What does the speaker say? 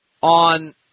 on